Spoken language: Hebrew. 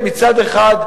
ללימוד.